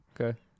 Okay